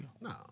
No